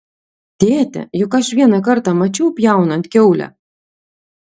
tėte juk aš vieną kartą mačiau pjaunant kiaulę